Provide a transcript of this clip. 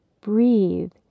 Breathe